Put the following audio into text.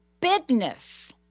bigness